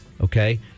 Okay